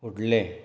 फुडलें